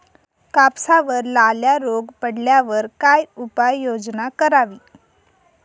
कापसावर लाल्या रोग पडल्यावर काय उपाययोजना करावी?